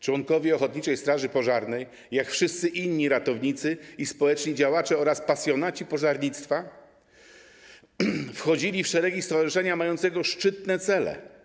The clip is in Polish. Członkowie ochotniczych straży pożarnych jak wszyscy inni ratownicy i społeczni działacze oraz pasjonaci pożarnictwa wchodzili w szeregi stowarzyszenia mającego szczytne cele.